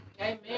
Amen